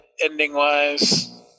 ending-wise